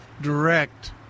direct